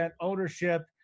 ownership